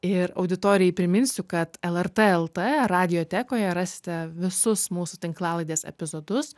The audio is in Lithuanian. ir auditorijai priminsiu kad lrt lt radiotekoje rasite visus mūsų tinklalaidės epizodus